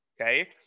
okay